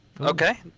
Okay